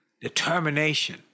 determination